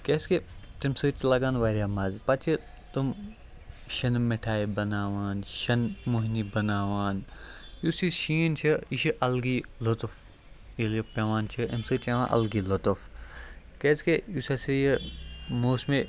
کیٛازِکہِ تَمہِ سۭتۍ چھِ لَگان واریاہ مَزٕ پَتہٕ چھِ تِم شِنہٕ مِٹھایہِ بَناوان شِنہٕ مۄہنی بَناوان یُس یہِ شیٖن چھُ یہِ چھِ الگٕے لُطُف ییٚلہِ یہِ پٮ۪وان چھِ اَمہِ سۭتۍ چھِ یِوان اَلگٕے لُطُف کیٛازِکہِ یُس ہَسا یہِ موسمہِ